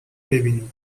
بیینیم